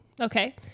Okay